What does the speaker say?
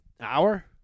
hour